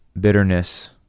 bitterness